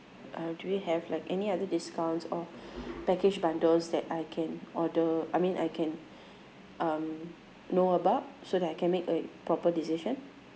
uh do you have like any other discounts or package bundles that I can order I mean I can um know about so that I can make a proper decision